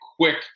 quick